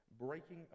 breaking